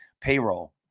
payroll